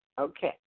Okay